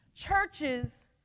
churches